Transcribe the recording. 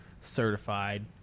certified